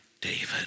David